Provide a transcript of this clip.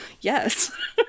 yes